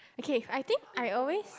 okay I think I always